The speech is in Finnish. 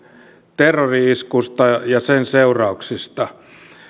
terrori iskusta ja sen seurauksista